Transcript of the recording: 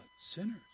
sinners